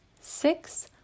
six